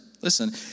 listen